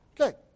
Okay